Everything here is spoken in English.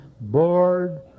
bored